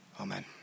Amen